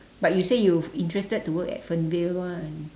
but you say you interested to work at fernvale one